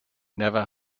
never